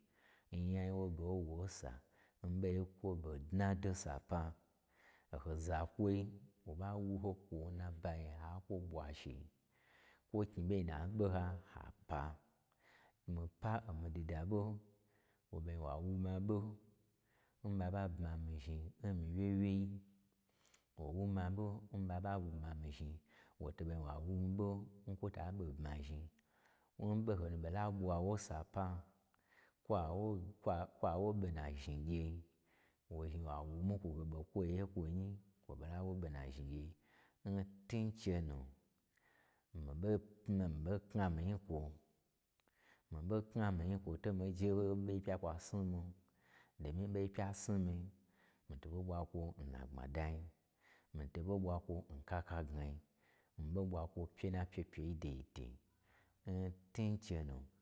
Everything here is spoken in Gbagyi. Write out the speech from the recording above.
N nyai n wo ɓo wo nsa, n ɓoi n kwoɓoi n kwo ɓo dnado n sapa, oho zakwoi wo ɓa wu ho kwo, n nabayi ha kwo ɓwashi, kwo knyi ɓei na ɓoha, ha pa. Mii pa omii dida ɓo wo ɓei wa wuma ɓo n ɓa ɓa bma mii zhni n mii wye wyei, wo wu ma ɓo n ɓa ɓa wo-bma mii zhni. Wo to ɓoi wa wu ma ɓo n kwo fa ɓe n bmazhni yi, n ɓoho nu ɓo la ɓwa wo n sapa, kwa wo-kwa-kwa wo ɓe n na zhni gyen, wo zhni wa wu mii kwo gye ɓo kwo ye n kwo nyi, kwo ɓa la wo ɓe n na zhni gyei. N tun che nu, mii ɓo pmi-mii ɓo kna mii nyi n kwo, mii ɓo kna mii nyin kwo to mii jee ɓei pya kwa snu mii domyi n kwa sni mii, mii to ɓo ɓwa kwo n na gbma dain. Mii to ɓwa kwon kaka gnai, mii ɓo ɓwa kwo n pye na pyepye yi daidai, n tun chenu.